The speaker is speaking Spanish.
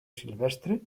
silvestre